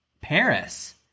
Paris